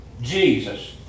Jesus